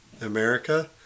America